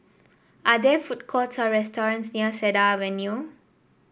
are there food courts or restaurants near Cedar Avenue